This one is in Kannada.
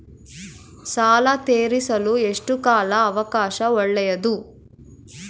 ಸಾಲ ತೇರಿಸಲು ಎಷ್ಟು ಕಾಲ ಅವಕಾಶ ಒಳ್ಳೆಯದು?